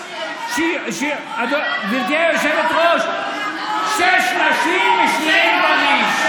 גברתי היושבת-ראש, שש נשים ושני גברים.